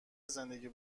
زندگی